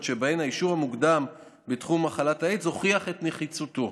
שבהן האישור המוקדם בתחום מחלת האיידס הוכיח את נחיצותו.